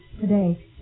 today